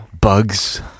bugs